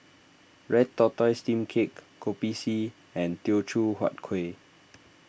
Red Tortoise Steamed Cake Kopi C and Teochew Huat Kueh